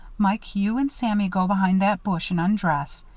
mike, you and sammy go behind that bush and undress.